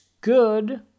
good